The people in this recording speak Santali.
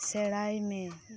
ᱥᱮᱬᱟᱭ ᱢᱮ